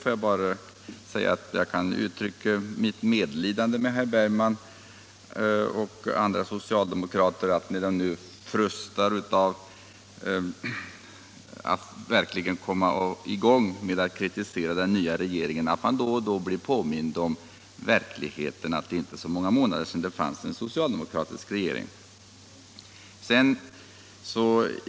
Låt mig bara uttrycka mitt medlidande med herr Bergman och andra socialdemokrater för att de — när de nu frustar av iver att verkligen komma i gång och kritisera den nya regeringen — då och då blir påminda om att det inte är så många månader sedan vi hade en socialdemokratisk regering.